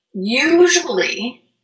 Usually